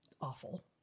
awful